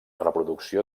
reproducció